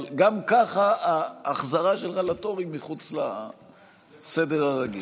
אבל גם ככה ההחזרה שלך לתור היא מחוץ לסדר הרגיל.